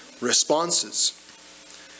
responses